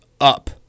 up